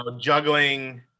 Juggling